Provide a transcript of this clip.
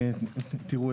תראו,